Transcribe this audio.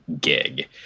gig